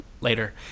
later